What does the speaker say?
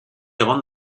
egon